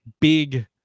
big